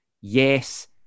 Yes